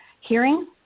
hearing